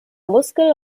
muskel